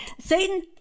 Satan